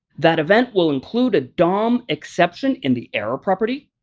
that event will include a dom exception in the error property.